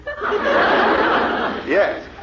Yes